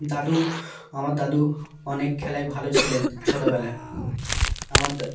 দাদু আমার দাদু অনেক খেলায় ভালো ছিলেন ছোটোবেলায় আমার দা